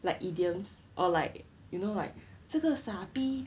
like idioms or like you know like 这个傻逼